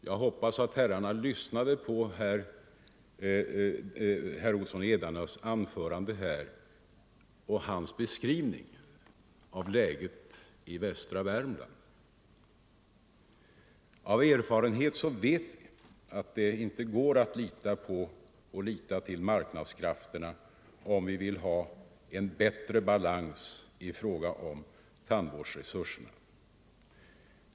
Jag hoppas att herrarna Andersson och Ringaby lyssnade på herr Olssons i Edane anförande då han beskrev läget i västra Värmland. Av erfarenhet vet vi att det inte går att lita till marknadskrafterna om vi vill ha en bättre balans i fråga om tandvårdsresurserna.